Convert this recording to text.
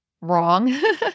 wrong